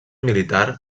militar